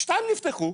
שתיים נפתחו.